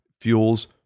fuels